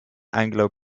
anglo